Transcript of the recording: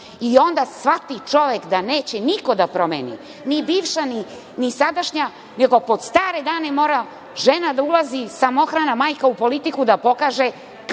shvati čovek da neće niko da promeni, ni bivša, ni sadašnja, nego pod stare dane mora žena da ulazi, samohrana majka, u politiku, da vam pokaže kako